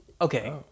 Okay